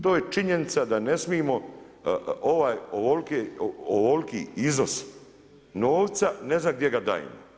To je činjenica da ne smimo ovoliki iznos novca, ne znam gdje ga dajemo.